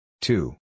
two